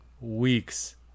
weeks